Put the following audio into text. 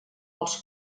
els